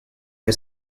may